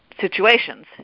situations